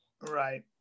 Right